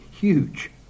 huge